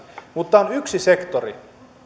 mutta on yksi sektori